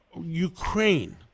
Ukraine